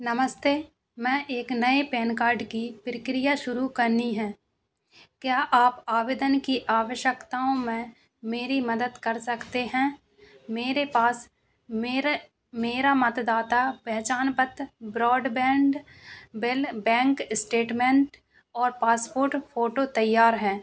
नमस्ते मैं एक नए पैन कार्ड की प्रक्रिया शुरू करनी है क्या आप आवेदन की आवश्यकताओं में मेरी मदद कर सकते हैं मेरे पास मेरे मेरा मतदाता पहचान पत्र ब्रॉड्बैन्ड बेल बैंक स्टैट्मन्ट और पासपोर्ट फोटो तैयार है